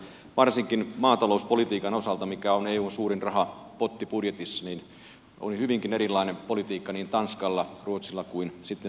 varsinkin maatalouspolitiikan osalta millä on eun suurin rahapotti budjetissa oli hyvinkin erilainen politiikka niin tanskalla ruotsilla kuin sitten suomellakin